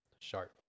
Sharp